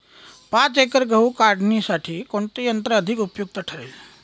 पाच एकर गहू काढणीसाठी कोणते यंत्र अधिक उपयुक्त ठरेल?